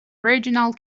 regional